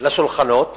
לשולחנות